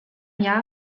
jahr